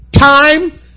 time